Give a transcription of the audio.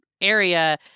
area